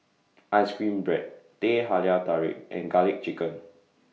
Ice Cream Bread Teh Halia Tarik and Garlic Chicken